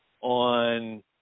on